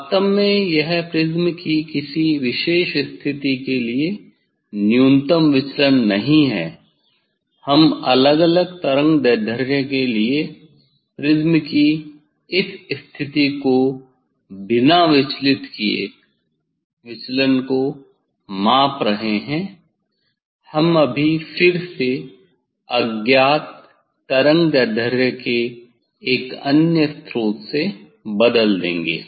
वास्तव में यह प्रिज्म की किसी विशेष स्थिति के लिए न्यूनतम विचलन नहीं है हम अलग अलग तरंगदैर्ध्य के लिए प्रिज्म की इस स्थिति को बिना विचलित किए विचलन को माप रहे हैं हम अभी फिर से अज्ञात तरंगदैर्ध्य के एक अन्य स्रोत से बदल देंगे